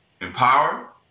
empower